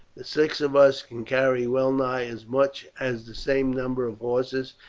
the six of us can carry well nigh as much as the same number of horses,